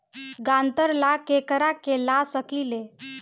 ग्रांतर ला केकरा के ला सकी ले?